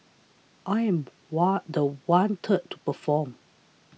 I am was the one to perform